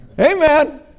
Amen